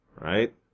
right